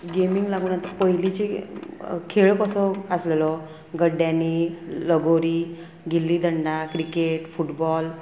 गेमींक लागून आतां पयलींचे खेळ कसो आसलेलो गड्ड्यांनी लगोरी गिल्ली दंडा क्रिकेट फुटबॉल